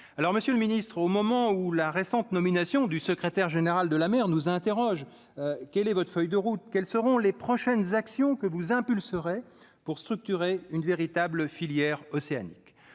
Monsieur le ministre, au moment où la récente nomination du secrétaire général de la mer nous interroge : quelle est votre feuille de route, quelles seront les prochaines actions que vous impulseur pour structurer une véritable filière océaniques